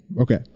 okay